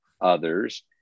others